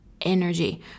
energy